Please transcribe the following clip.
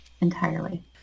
Entirely